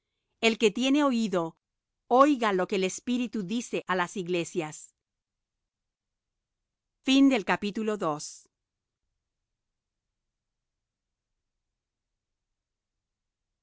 el que tiene oído oiga lo que el espíritu dice á las iglesias al